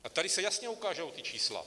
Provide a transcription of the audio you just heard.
A tady se jasně ukážou ta čísla.